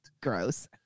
Gross